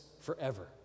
forever